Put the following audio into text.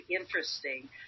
interesting